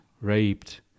raped